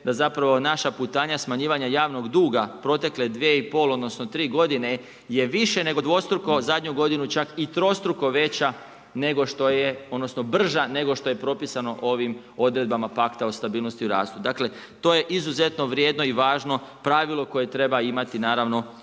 da zapravo naša putanja smanjivanja javnog duga protekle 2,5 odnosno 3 g. je više nego dvostruko zadnju godinu čak i trostruko veća nego što je, odnosno brža nego što je propisano ovim odredbama pakta o stabilnosti o rastu. Dakle to je izuzetno vrijedno i važno pravilo koje treba imati naravno